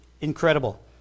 incredible